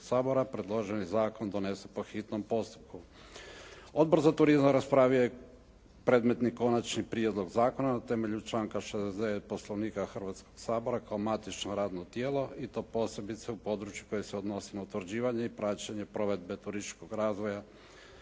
predloženi zakon donese po hitnom postupku. Odbor za turizam raspravi je predmetni Konačni prijedlog zakona na temelju članka 69. Poslovnika Hrvatskoga sabora kao matično radno tijelo i to posebice u području koje se odnosi na utvrđivanje i praćenje provedbe turističkog razvoja